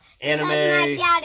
anime